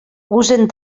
usen